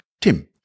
Tim